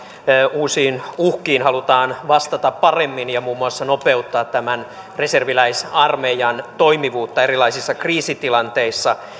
uusiin uhkiin halutaan vastata paremmin ja muun muassa nopeuttaa reserviläisarmeijan toimivuutta erilaisissa kriisitilanteissa